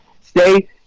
Stay